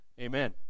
Amen